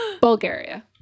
Bulgaria